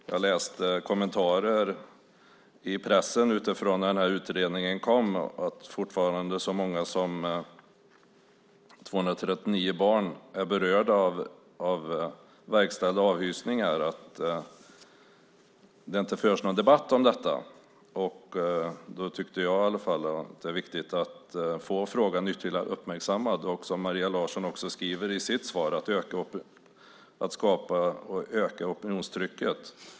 Jag läste kommentarer i pressen när utredningen kom om att så många som 239 barn är berörda av verkställda avhysningar och att det inte förs någon debatt om detta. Då tyckte jag i alla fall att det är viktigt att få frågan ytterligare uppmärksammad. Som Maria Larsson också skriver i sitt svar handlar det om att skapa och öka opinionstrycket.